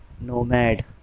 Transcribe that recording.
nomad